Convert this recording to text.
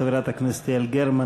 חברת הכנסת יעל גרמן,